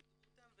ידעו אותם,